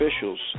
officials